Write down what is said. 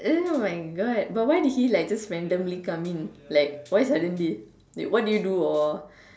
eh oh my God but why did he like randomly come in like why suddenly like what did you do or